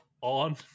on